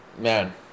man